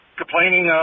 complaining